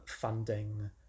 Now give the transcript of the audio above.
funding